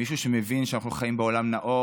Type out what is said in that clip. מישהו שמבין שאנחנו חיים בעולם נאור,